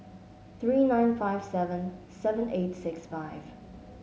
three nine five seven seven eight six five